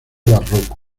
barroco